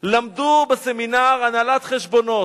למדו בסמינר הנהלת חשבונות.